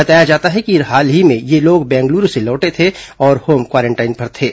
बताया जाता है कि हाल ही में ये लोग बेंगलूरू से लौटे थे और होम क्वारेंटाइन थे